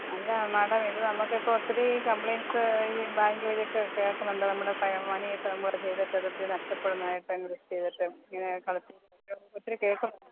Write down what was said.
അല്ല മേഡം ഇത് നമുക്ക് ഇപ്പോൾ ഒത്തിരി കംപ്ലയിൻറ്റ്സ് ഈ ബാങ്ക് വഴിയൊക്കെ കേൾക്കുന്നുണ്ട് നമ്മുടെ പൈസ മണിയൊക്കെ നമ്മൾ ചെയ്തിട്ട് അതൊക്കെ നഷ്ടപ്പെടുന്നതായിട്ട് റിസ്ക് ചെയ്തിട്ടും ഇങ്ങനെ കളിപ്പിക്കുന്ന അങ്ങനെ ഒത്തിരി കേൾക്കുന്നുണ്ട്